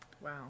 Wow